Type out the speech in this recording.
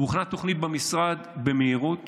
הוכנה תוכנית במשרד במהירות